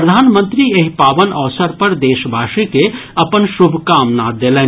प्रधानमंत्री एहि पावन अवसर पर देशवासी के अपन शुभकामना देलनि